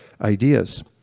ideas